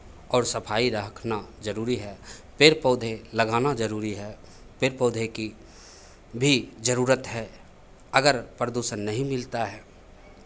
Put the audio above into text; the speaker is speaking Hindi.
और सफाई रखना जरूरी है पेड़ पौधे लगाना जरूरी है पेड़ पौधे की भी जरूरत है अगर प्रदूषण नहीं मिलता है